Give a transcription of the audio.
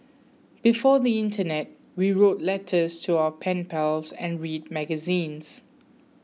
before the internet we wrote letters to our pen pals and read magazines